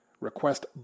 request